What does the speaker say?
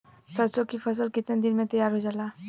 सरसों की फसल कितने दिन में तैयार हो जाला?